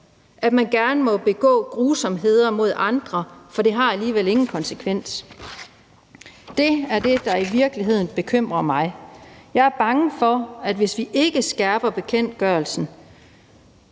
at man gerne må begå grusomheder mod andre, fordi det alligevel ikke har nogen konsekvens? Det er det, der i virkeligheden bekymrer mig. Jeg er bange for, at hvis vi ikke skærper bekendtgørelsen,